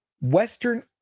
Western